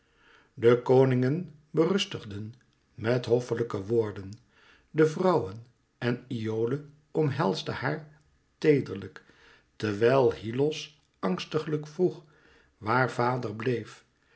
de koningen berustigden met hoffelijke woorden de vrouwe en iole omhelsde haar teederlijk wijl hyllos angstiglijk vroeg waar vader bleef